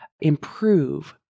improve